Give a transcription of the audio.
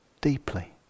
deeply